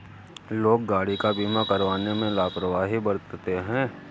लोग गाड़ी का बीमा करवाने में लापरवाही बरतते हैं